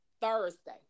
Thursday